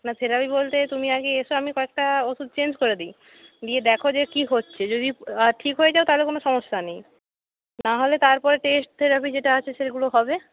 না থেরাপি বলতে তুমি আগে এসো আমি কয়েকটা ওষুধ চেঞ্জ করে দিই দিয়ে দেখো যে কী হচ্ছে যদি ঠিক হয়ে যাও তাহলে কোনো সমস্যা নেই নাহলে তারপর টেস্ট থেরাপি যেটা আছে সেগুলো হবে